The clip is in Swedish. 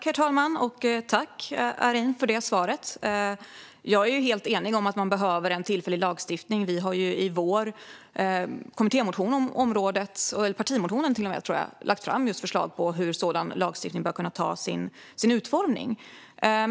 Herr talman! Tack, Arin, för det svaret! Jag är helt enig med dig om att man behöver en tillfällig lagstiftning. Vi har i vår kommittémotion om området, och till och med i partimotionen, tror jag, lagt fram förslag på hur sådan lagstiftning bör kunna utformas.